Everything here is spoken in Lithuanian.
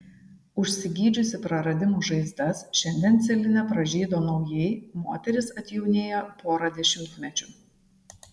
užsigydžiusi praradimų žaizdas šiandien celine pražydo naujai moteris atjaunėjo pora dešimtmečių